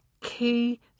key